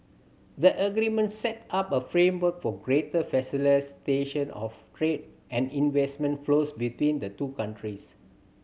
the agreement set up a framework for greater of trade and investment flows between the two countries